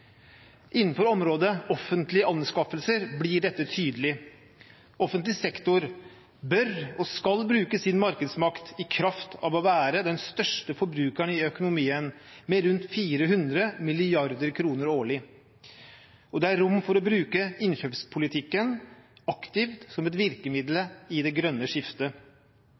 Innenfor området offentlige anskaffelser blir dette tydelig. Offentlig sektor bør – og skal – bruke sin markedsmakt i kraft av å være den største forbrukeren i økonomien, med rundt 400 mrd. kr årlig, og det er rom for å bruke innkjøpspolitikken aktivt som et virkemiddel i det grønne skiftet.